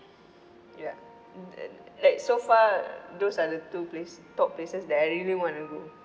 ya mm err like so far those are the two place top places that I really want to go